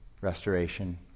restoration